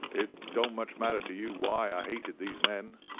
it don't much matter to you why i hated these men,